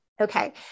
Okay